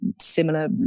similar